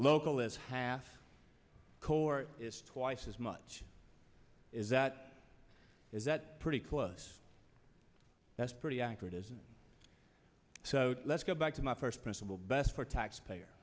local is half court is twice as much is that is that pretty close that's pretty accurate isn't so let's go back to my first principle best for tax payer